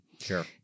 sure